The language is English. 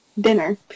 dinner